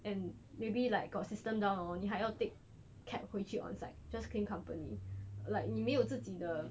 and maybe like got system down hor 你还要 take cab 回去 onsite just claim company like 你没有自己的